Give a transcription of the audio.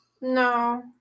No